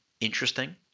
interesting